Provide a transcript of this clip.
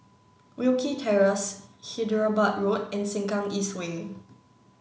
Wilkie Terrace Hyderabad Road and Sengkang East Way